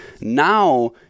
Now